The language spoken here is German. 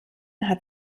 hat